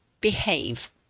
behave